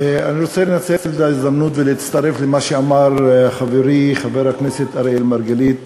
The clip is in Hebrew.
אני רוצה לנצל את ההזדמנות ולהצטרף למה שאמר חברי חבר הכנסת אראל מרגלית